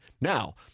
Now